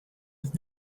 with